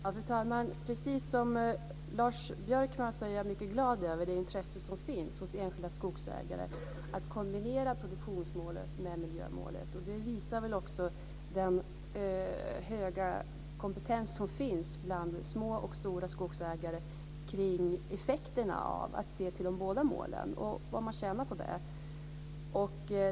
Fru talman! Precis som Lars Björkman är jag mycket glad över det intresse som finns hos enskilda skogsägare att kombinera produktionsmålet med miljömålet. Det visar den höga kompetens som finns bland små och stora skogsägare kring effekterna av att se till de båda målen och vad man tjänar på det.